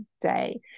day